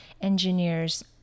Engineers